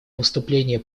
выступление